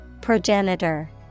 Progenitor